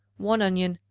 one onion,